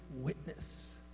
witness